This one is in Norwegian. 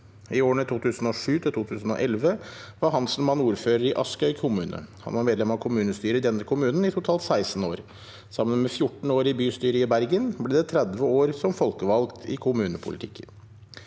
I årene 2007–2011 var Hanselmann ordfører i Askøy kommune. Han var medlem av kommunestyret i denne kommunen i totalt 16 år. Sammen med 14 år i bystyret i Bergen ble det 30 år som folkevalgt i kommunepolitikken.